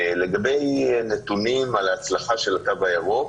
לגבי נתונים על ההצלחה של התו הירוק,